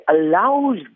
allows